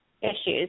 Issues